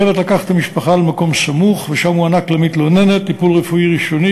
הצוות לקח את המשפחה למקום סמוך ושם הוענק למתלוננת טיפול רפואי ראשוני,